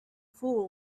fool